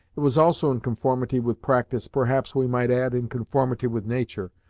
it was also in conformity with practice, perhaps we might add in conformity with nature,